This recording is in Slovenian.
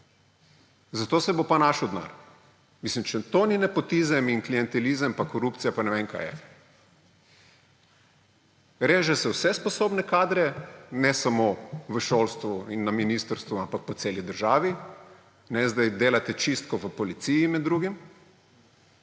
Za to se bo pa našel denar. Mislim, če to ni nepotizem in klientelizem pa korupcija, pa ne vem, kaj je. Reže se vse sposobne kadre, ne samo v šolstvu in na ministrstvu, ampak po celi državi, zdaj delate čistko v policiji med drugim.